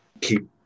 keep